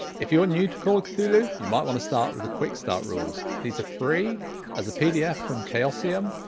if you're new to call of cthulhu you might want to start with the quick start rules. these are free as a pdf from chaosium,